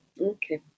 Okay